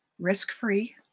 risk-free